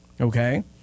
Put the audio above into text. okay